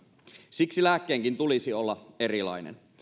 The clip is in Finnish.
siksi lääkkeenkin tulisi olla erilainen